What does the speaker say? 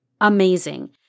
amazing